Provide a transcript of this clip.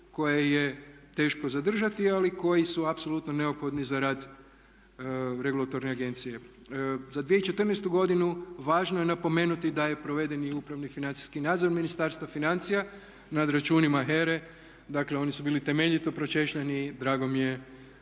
koje je teško zadržati, ali koji su apsolutno neophodni za rad regulatorne agencije. Za 2014. godinu važno je napomenuti da je provedeni upravni i financijski nadzor Ministarstva financija nad računima HERA-e, dakle oni su bili temeljito pročešljani. Drago mi je